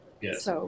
Yes